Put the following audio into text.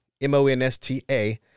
M-O-N-S-T-A